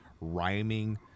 rhyming